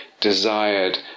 desired